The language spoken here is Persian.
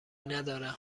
ندارم